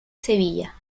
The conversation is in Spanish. sevilla